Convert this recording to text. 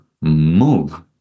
move